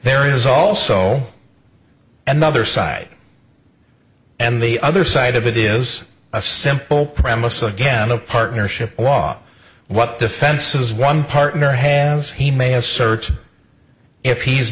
there is also another side and the other side of it is a simple premise again a partnership law what defenses one partner has he may have certain if he's